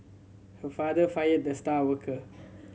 her father fired the star worker